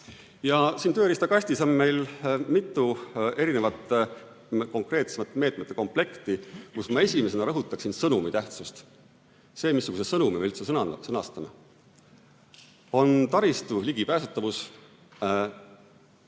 Ja siin tööriistakastis on meil mitu erinevat konkreetsemat meetmete komplekti, millest esimesena ma rõhutaksin sõnumi tähtsust. [Tähtis on] see, missuguse sõnumi me üldse sõnastame. On taristu ligipääsetavus,